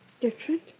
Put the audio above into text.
Different